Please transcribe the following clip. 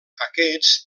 aquests